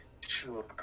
Sure